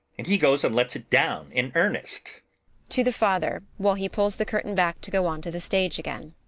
and he goes and lets it down in earnest to the father, while he pulls the curtain back to go on to the stage again.